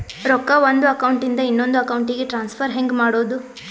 ರೊಕ್ಕ ಒಂದು ಅಕೌಂಟ್ ಇಂದ ಇನ್ನೊಂದು ಅಕೌಂಟಿಗೆ ಟ್ರಾನ್ಸ್ಫರ್ ಹೆಂಗ್ ಮಾಡೋದು?